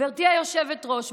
גברתי היושבת-ראש,